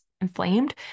inflamed